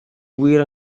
wir